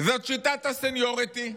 זאת שיטת הסניוריטי.